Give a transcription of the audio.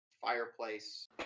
fireplace